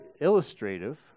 illustrative